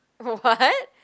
what